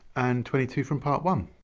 and twenty two from part one.